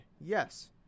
yes